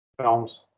films